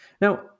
Now